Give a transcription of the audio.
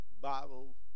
Bible